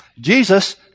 Jesus